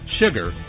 sugar